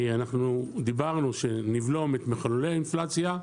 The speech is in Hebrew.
אנחנו דיברנו על כך שנבלום את מחוללי האינפלציה.